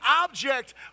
object